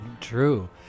True